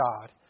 God